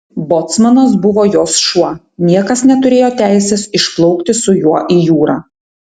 bocmanas buvo jos šuo niekas neturėjo teisės išplaukti su juo į jūrą